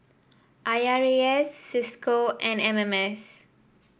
I R A S Cisco and M M S